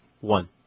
One